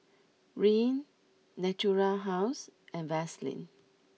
Rene Natura House and Vaselin